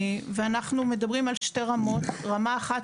אנחנו מדברים על שתי רמות: רמה אחת,